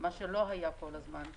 מה שלא היה כל הזמן.